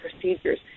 procedures